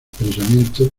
pensamientos